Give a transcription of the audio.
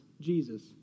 Jesus